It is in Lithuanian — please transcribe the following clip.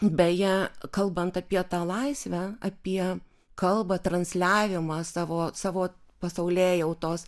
beje kalbant apie tą laisvę apie kalbą transliavimą savo savo pasaulėjautos